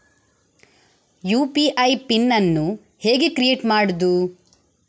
UPI PIN ಅನ್ನು ಹೇಗೆ create ಮಾಡುದು?